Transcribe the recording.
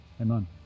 Amen